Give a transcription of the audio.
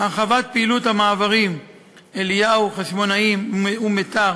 הרחבת פעילות המעברים אליהו, חשמונאים ומיתר